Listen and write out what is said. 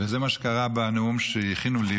וזה מה שקרה בנאום שהכינו לי.